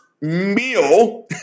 meal